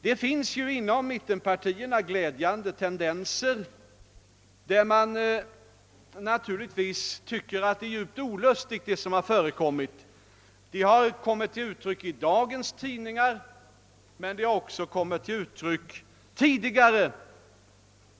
Det förekommer inom mittenpartierna glädjande tendenser till en uppfattning att det som förekommit varit djupt olustigt. Detta har kommit till uttryck i dagens tidningar men också tidigare.